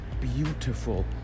beautiful